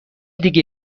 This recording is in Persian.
دیگه